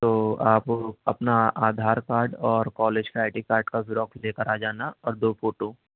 تو آپ اپنا آدھار کارڈ اور کالج کا آئی ڈی کارڈ کا زیروکس لے کر آ جانا اور دو فوٹو